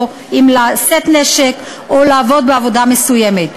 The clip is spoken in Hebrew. אם לשאת נשק או לעבוד בעבודה מסוימת.